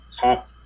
top